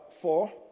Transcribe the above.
four